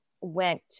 went